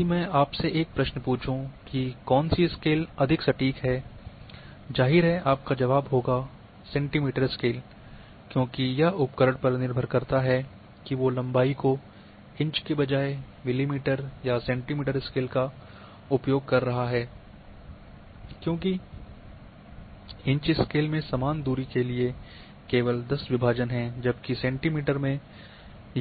यदि मैं आपसे एक प्रश्न पूछूं कि कौनसी स्केल अधिक सटीक है जाहिर है आपका जवाब होगा सेंटीमीटर स्केल क्योंकि यह उपकरण पर निर्भर करता है कि वो लंबाई को इंच के बजाय मिलीमीटर या सेंटीमीटर स्केल का उपयोग कर रहा है क्योंकि इंच स्केल में समान दूरी के लिए केवल 10 विभाजन हैं जबकि सेंटीमीटर में